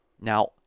now